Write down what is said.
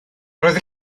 roedd